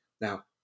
Now